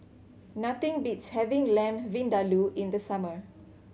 nothing beats having Lamb Vindaloo in the summer